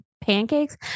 pancakes